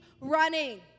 running